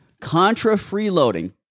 Contra-freeloading